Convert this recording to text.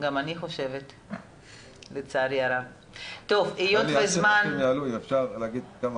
אני מקווה שאתם מבינים שבשעה וחצי אי אפשר לשמוע את כולם